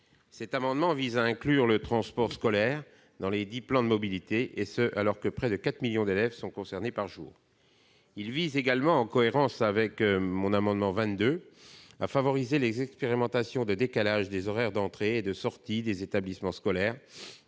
Cet amendement vise à inclure le transport scolaire dans les plans de mobilité, et ce alors que près de 4 millions d'élèves sont concernés par jour. Il tend également, en cohérence avec mon amendement n° 22 rectifié, à favoriser les expérimentations de décalage des horaires d'entrée et de sortie des établissements scolaires,